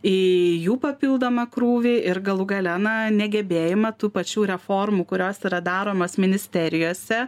į jų papildomą krūvį ir galų gale na negebėjimą tų pačių reformų kurios yra daromos ministerijose